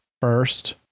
first